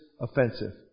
offensive